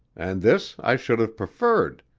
and this i should have preferred,